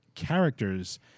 Characters